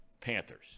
Panthers